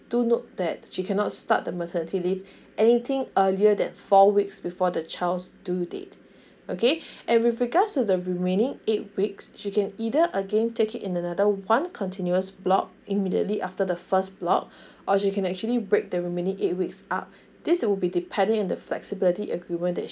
do note that she cannot start the maternity leave anything earlier than four weeks before the child's due date okay and with regards to the remaining eight weeks she can either again take it in another one continuous block immediately after the first block or she can actually break the remaining eight weeks up this will be depending on the flexibility agreement that